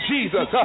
Jesus